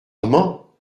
amant